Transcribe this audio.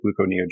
gluconeogenesis